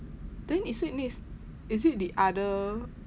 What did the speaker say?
then is it next is it the other